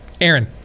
Aaron